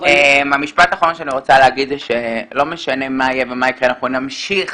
לא משנה מה יהיה ומה יקרה, אנחנו נמשיך